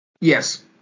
Yes